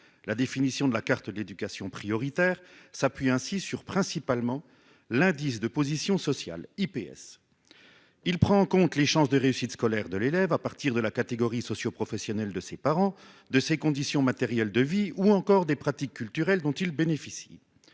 La définition de la carte de l'éducation prioritaire s'appuie ainsi principalement sur l'indice de position sociale (IPS), qui prend en compte les chances de réussite scolaire de l'élève à partir de la catégorie socioprofessionnelle de ses parents, de ses conditions matérielles de vie ou encore des pratiques culturelles dont il bénéficie.